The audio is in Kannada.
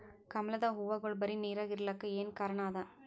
ಕಮಲದ ಹೂವಾಗೋಳ ಬರೀ ನೀರಾಗ ಇರಲಾಕ ಏನ ಕಾರಣ ಅದಾ?